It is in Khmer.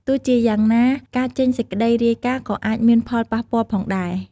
ទោះជាយ៉ាងណាការចេញសេចក្តីរាយការណ៍ក៏អាចមានផលប៉ះពាល់ផងដែរ។